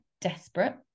desperate